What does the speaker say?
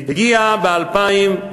הוא הגיע ב-2009